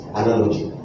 analogy